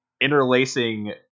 interlacing